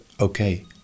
okay